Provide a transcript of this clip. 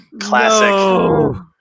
classic